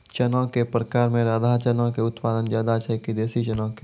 चना के प्रकार मे राधा चना के उत्पादन ज्यादा छै कि देसी चना के?